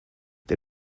der